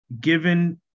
given